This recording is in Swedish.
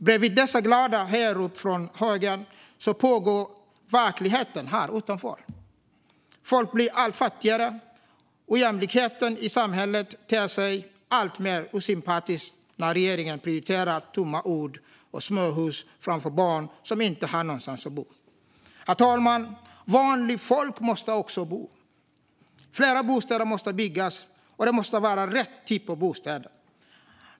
Bredvid dessa glada hejarop från högern pågår verkligheten här utanför. Folk blir allt fattigare. Ojämlikheten i samhället ter sig alltmer osympatisk när regeringen prioriterar tomma ord och småhus framför barn som inte har någonstans att bo. Herr talman! Vanligt folk måste också bo. Fler bostäder måste byggas, och det måste vara rätt typ av bostäder.